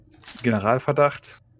generalverdacht